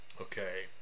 Okay